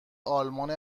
آلمان